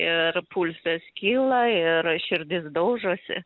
ir pulsas kyla ir širdis daužosi